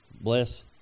Bless